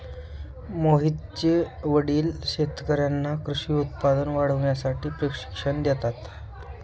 मोहितचे वडील शेतकर्यांना कृषी उत्पादन वाढवण्यासाठी प्रशिक्षण देतात